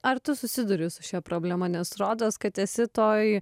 ar tu susiduri su šia problema nes rodos kad esi toj